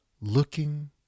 looking